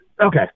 Okay